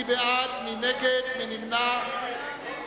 הצעת סיעות חד"ש רע"ם-תע"ל בל"ד להביע